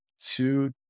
two